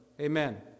Amen